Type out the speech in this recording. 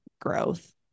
growth